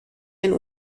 ein